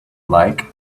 like